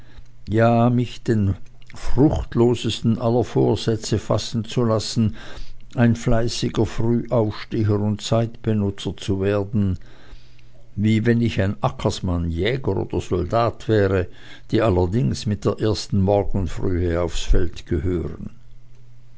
ja mich den fruchtlosesten aller vorsätze fassen zu lassen ein fleißiger frühaufsteher und zeitbenutzer zu werden wie wenn ich ein ackersmann jäger oder soldat wäre die allerdings mit der ersten morgenfrühe aufs feld gehören